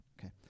Okay